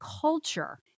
culture